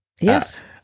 Yes